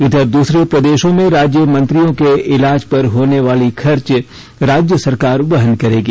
इधर दूसरे प्रदेशों में राज्य मंत्रियों के इलाज पर होने वाली खर्च राज्य सरकार वहन करेगी